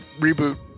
reboot